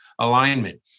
alignment